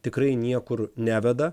tikrai niekur neveda